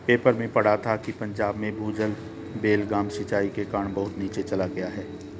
paper में पढ़ा था कि पंजाब में भूजल बेलगाम सिंचाई के कारण बहुत नीचे चल गया है